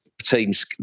Teams